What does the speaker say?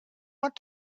want